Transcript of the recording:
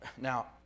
Now